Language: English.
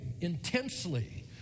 intensely